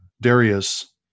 Darius